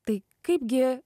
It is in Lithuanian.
tai kaipgi